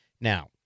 Now